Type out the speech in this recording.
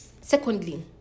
secondly